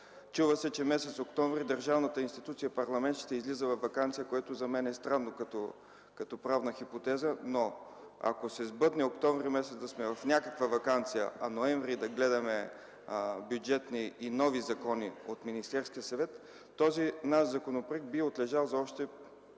Чува се, че през месец октомври държавната институция парламент ще излиза във ваканция, което за мен е странно като правна хипотеза, но ако се сбъдне октомври месец да сме в някаква ваканция, а ноември да гледаме бюджетни и нови закони от Министерския съвет, този наш законопроект би отлежал за още